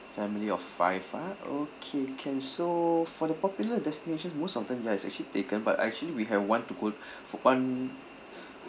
family of five ah okay can so for the popular destinations most of them are actually taken but actually we have [one] to go for [one]